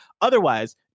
Otherwise